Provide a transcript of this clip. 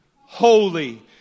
holy